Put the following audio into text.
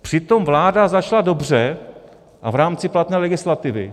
Přitom vláda začala dobře a v rámci platné legislativy.